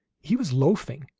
he was loafing,